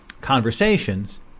conversations